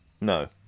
No